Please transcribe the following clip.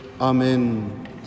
amen